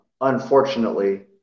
unfortunately